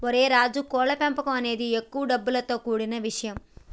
ఓరై రాజు కోళ్ల పెంపకం అనేది ఎక్కువ డబ్బులతో కూడిన ఇషయం